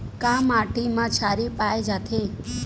का माटी मा क्षारीय पाए जाथे?